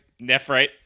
Nephrite